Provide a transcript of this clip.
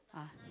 ah